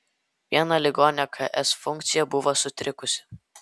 vieno ligonio ks funkcija buvo sutrikusi